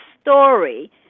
story